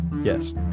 Yes